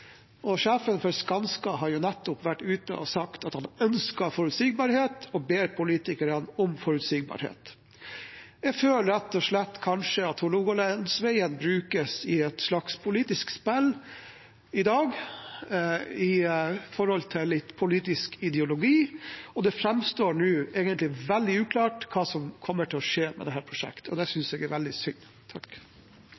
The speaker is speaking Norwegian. Sjefen for Skanska har nettopp vært ute og sagt at han ønsker forutsigbarhet og ber politikerne om det. Jeg føler rett og slett at Hålogalandsvegen i dag kanskje brukes i et slags politisk spill som handler om ideologi, og det framstår nå egentlig veldig uklart hva som kommer til å skje med dette prosjektet. Det